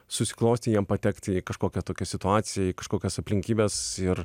susiklostė jiem patekti į kažkokią tokią situaciją į kažkokias aplinkybes ir